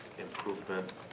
improvement